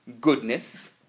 goodness